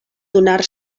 donar